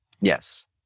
yes